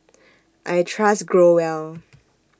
I Trust Growell